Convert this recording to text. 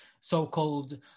so-called